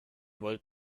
volt